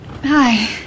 Hi